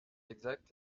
exact